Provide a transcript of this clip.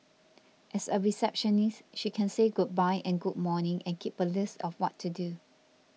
as a receptionist she can say goodbye and good morning and keep a list of what to do